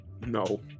No